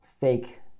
fake